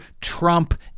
Trump